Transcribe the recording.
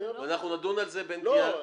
ואנחנו נדון על זה בין קריאה --- לא,